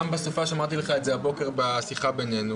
ואמרתי לך את זה הבוקר בשיחה בינינו.